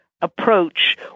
approach